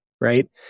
right